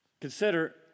Consider